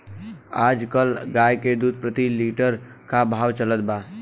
आज कल गाय के दूध प्रति लीटर का भाव चलत बा?